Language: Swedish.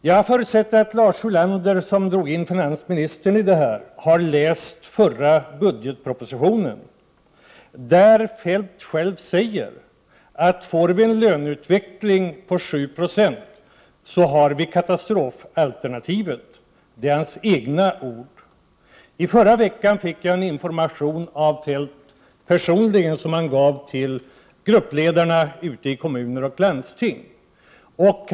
| Jag förutsätter att Lars Ulander, som drog in finansministern i det här, har läst förra budgetpropositionen. Där säger Kjell-Olof Feldt själv att får vi en löneutveckling på 7 26, så har vi katastrofalternativet. Det är hans egna ord. I förra veckan fick jag en information av Feldt personligen, som han gav till gruppledarna i kommuner och landsting.